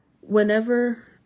whenever